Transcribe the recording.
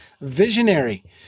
visionary